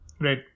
Right